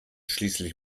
schließlich